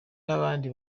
n’abandi